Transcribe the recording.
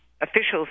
officials